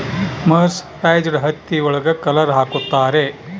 mercerised ಹತ್ತಿ ಒಳಗ colour ಹಾಕುತ್ತಾರೆ